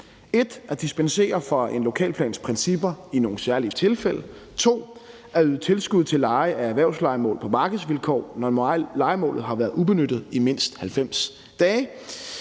1) at dispensere for en lokalplans principper i nogle særlige tilfælde, 2) at yde tilskud til leje af erhvervslejemål på markedsvilkår, når lejemålet har været ubenyttet i mindst 90 dage,